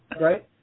Right